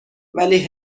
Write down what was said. ولی